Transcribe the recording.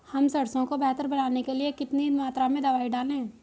हम सरसों को बेहतर बनाने के लिए कितनी मात्रा में दवाई डालें?